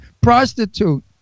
prostitute